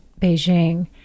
Beijing